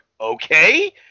okay